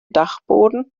dachboden